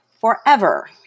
forever